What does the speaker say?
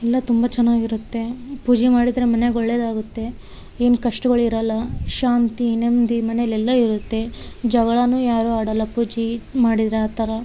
ಎಲ್ಲ ತುಂಬ ಚೆನ್ನಾಗಿರುತ್ತೆ ಪೂಜೆ ಮಾಡಿದರೆ ಮನೆಗೆ ಒಳ್ಳೇದಾಗುತ್ತೆ ಏನು ಕಷ್ಟಗಳಿರೋಲ್ಲ ಶಾಂತಿ ನೆಮ್ಮದಿ ಮನೇಲೆಲ್ಲ ಇರುತ್ತೆ ಜಗಳ ಯಾರು ಆಡೋಲ್ಲ ಪೂಜೆ ಮಾಡಿದರೆ ಆ ಥರ